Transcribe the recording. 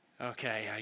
Okay